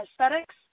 aesthetics